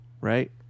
right